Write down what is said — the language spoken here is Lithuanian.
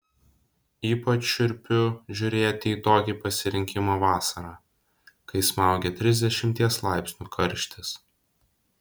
ypač šiurpiu žiūrėti į tokį pasirinkimą vasarą kai smaugia trisdešimties laipsnių karštis